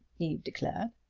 eve declared.